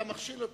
אתה מכשיל אותי.